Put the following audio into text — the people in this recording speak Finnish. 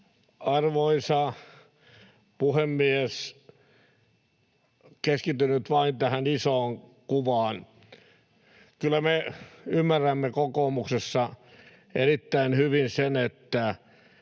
Arvoisa puhemies! Keskityn nyt vain tähän isoon kuvaan. Kyllä me ymmärrämme kokoomuksessa erittäin hyvin sen, että